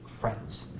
friends